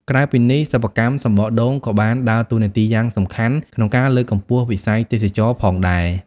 ក្រៅពីនេះ សិប្បកម្មសំបកដូងក៏បានដើរតួនាទីយ៉ាងសំខាន់ក្នុងការលើកកម្ពស់វិស័យទេសចរណ៍ផងដែរ។